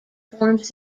forms